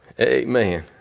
Amen